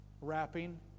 wrapping